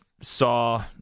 saw